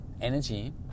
energy